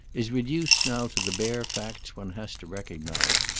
is reduced now to the bare facts one has to recognise.